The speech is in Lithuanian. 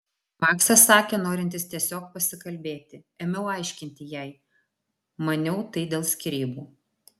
maksas sakė norintis tiesiog pasikalbėti ėmiau aiškinti jai maniau tai dėl skyrybų